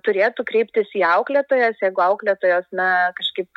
turėtų kreiptis į auklėtojas jeigu auklėtojos na kažkaip